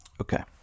Okay